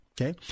okay